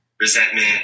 resentment